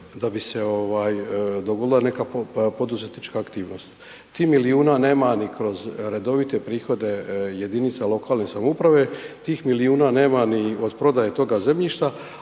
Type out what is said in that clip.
da bi se dogodila neka poduzetnička aktivnost. Tih milijuna nema ni kroz redovite prihode jedinica lokalne samouprave, tih milijuna nema ni od prodaje toga zemljišta.